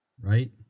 Right